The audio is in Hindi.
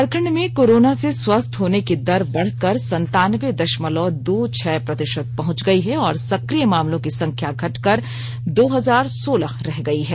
झारखंड में कोरोना से स्वस्थ होने की दर बढ़कर संतानबे दशमलव दो छह प्रतिशत पहुंच गई है और सक्रिय मामलों की संख्या घटकर दो हजार सोलह रह गई है